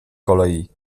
kolei